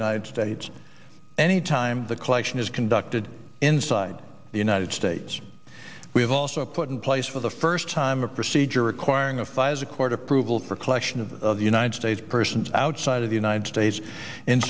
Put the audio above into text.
united states any time the collection is conducted inside the united states we have also put in place for the first time a procedure requiring a pfizer court approval for collection of the united states persons outside of the united states